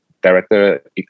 Director